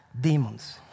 Demons